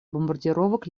бомбардировок